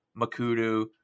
Makudu